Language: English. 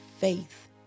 faith